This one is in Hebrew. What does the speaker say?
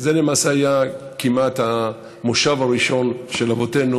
זה למעשה היה כמעט המושב הראשון של אבותינו